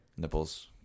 nipples